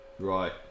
Right